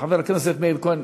חבר הכנסת מאיר כהן,